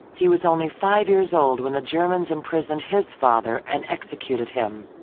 he was only five years old when the germans imprisoned his father and executed him.